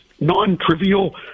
non-trivial